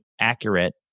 accurate